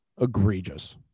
Egregious